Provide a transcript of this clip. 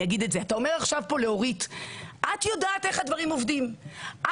אתה אומר לאורית: את יודעת איך הדברים עובדים.